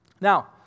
Now